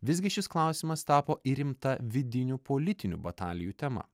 visgi šis klausimas tapo ir rimta vidinių politinių batalijų tema